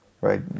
right